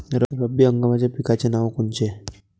रब्बी हंगामाच्या पिकाचे नावं कोनचे?